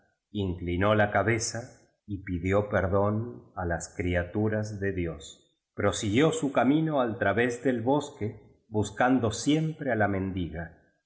inclinó la cabeza y pidió per dón á las criaturas de dios prosiguió su camino al través del bosque buscando siempre á la mendiga y